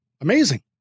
amazing